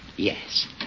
Yes